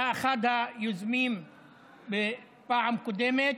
אתה אחד היוזמים בפעם קודמת,